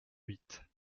huit